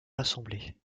rassemblés